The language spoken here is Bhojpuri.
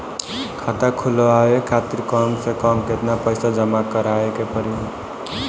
खाता खुलवाये खातिर कम से कम केतना पईसा जमा काराये के पड़ी?